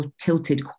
tilted